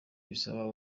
bisaba